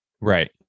Right